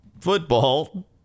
football